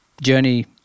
journey